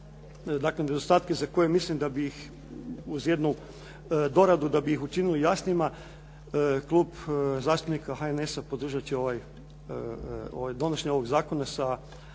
dakle nedostatke za koje mislim da bi bih uz jednu doradu da bi ih učinili jasnijima Klub zastupnika HNS-a podržat će donošenje ovog zakona sa namjerom